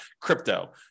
crypto